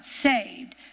saved